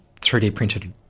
3D-printed